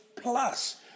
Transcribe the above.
plus